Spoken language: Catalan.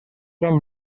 són